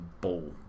Ball